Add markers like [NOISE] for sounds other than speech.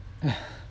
[NOISE]